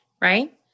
Right